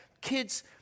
kids